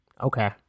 Okay